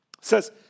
says